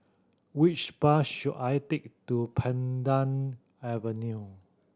which bus should I take to Pandan Avenue